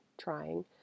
trying